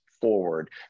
forward